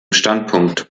standpunkt